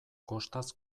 kostaz